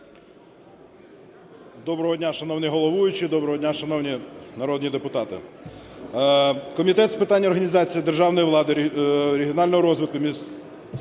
Доброго дня, шановний головуючий! Доброго дня, шановні народні депутати! Комітет з питань організації державної влади, регіонального розвитку,